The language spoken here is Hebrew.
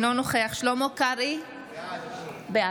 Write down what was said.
אינו נוכח שלמה קרעי, בעד